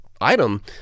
item